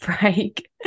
break